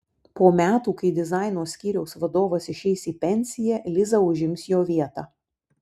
po metų kai dizaino skyriaus vadovas išeis į pensiją liza užims jo vietą